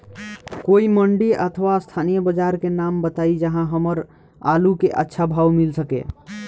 कोई मंडी अथवा स्थानीय बाजार के नाम बताई जहां हमर आलू के अच्छा भाव मिल सके?